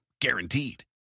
Guaranteed